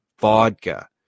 vodka